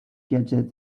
gadgets